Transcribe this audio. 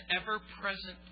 ever-present